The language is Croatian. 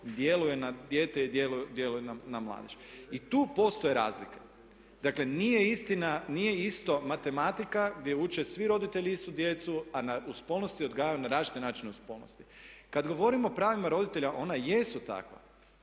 djeluje na dijete i djeluje na mladež. I tu postoje razlike. Dakle, nije isto matematika gdje uče svi roditelji isto djecu, a u spolnosti odgajaju na različite načine. Kad govorimo o pravima roditelja ona jesu takva,